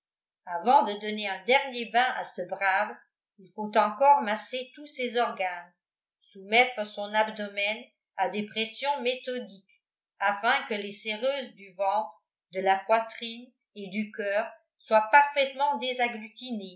avant de donner un dernier bain à ce brave il faut encore masser tous ses organes soumettre son abdomen à des pressions méthodiques afin que les séreuses du ventre de la poitrine et du coeur soient parfaitement